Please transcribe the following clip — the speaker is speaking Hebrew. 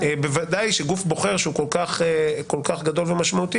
בוודאי גוף בוחר שהוא כל כך גדול ומשמעותי,